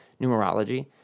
numerology